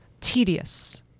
tedious